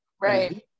Right